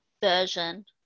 version